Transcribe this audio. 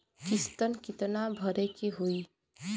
किस्त कितना भरे के होइ?